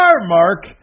Mark